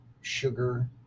Sugar